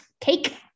cake